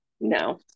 No